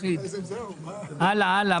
חברים יקרים --- לא היה פעם אחת שביקשתי ואמרתי לאלכס,